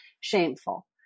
shameful